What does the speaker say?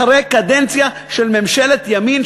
אחרי קדנציה של ממשלת ימין,